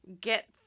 get